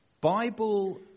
Bible